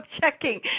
checking